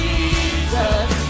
Jesus